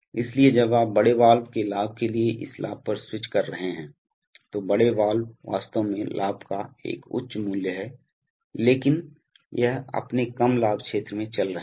इसलिए जब आप बड़े वाल्व के लाभ के लिए इस लाभ पर स्विच कर रहे हैं तो बड़े वाल्व वास्तव में लाभ का एक उच्च मूल्य है लेकिन यह अपने कम लाभ क्षेत्र में चल रहे है